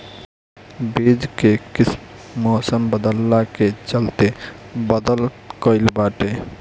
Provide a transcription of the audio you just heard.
बीज कअ किस्म मौसम बदलला के चलते बदल गइल बाटे